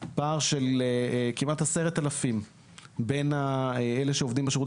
פער של כמעט 10,000 בין אלה שעובדים בשירות